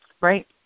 Right